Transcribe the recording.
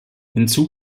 hinzu